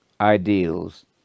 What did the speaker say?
ideals